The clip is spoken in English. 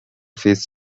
fish